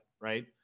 right